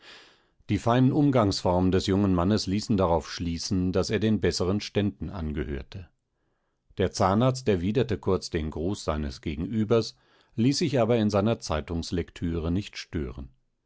die feinen umgangsformen des jungen mannes ließen darauf schließen daß er den besseren ständen angehörte der zahnarzt erwiderte kurz den gruß seines gegenübers ließ sich aber in seiner zeitungslektüre nicht stören